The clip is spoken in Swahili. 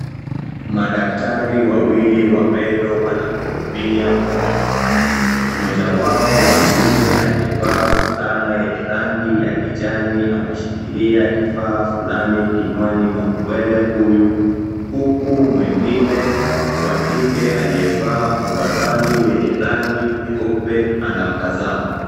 Madaktari wawili wa meno wanahudumia mgonjwa. Mmoja wao wa kiume aliyevaa fulana yenye rangi ya kijani, ameshikilia kifaa fulani kinywani mwa mwele huyu. Huku mwingine wa kike aliyevaa ovaroli yenye rangi nyeupe, anamtazama.